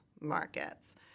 markets